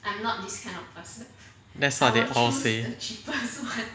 that's what they all say